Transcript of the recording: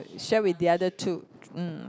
share with the other two mm